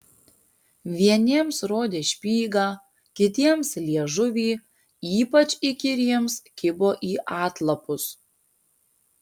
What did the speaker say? vieniems rodė špygą kitiems liežuvį ypač įkyriems kibo į atlapus